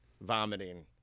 vomiting